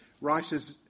writers